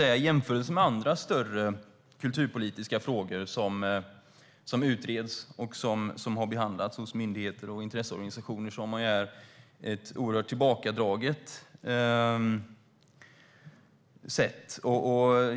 I jämförelse med andra större kulturpolitiska frågor som har utretts och behandlats hos myndigheter och intresseorganisationer har man här haft ett mycket tillbakadraget sätt.